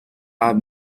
are